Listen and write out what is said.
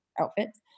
outfits